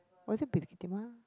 was it Bukit Timah